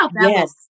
yes